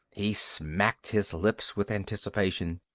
he smacked his lips with anticipation.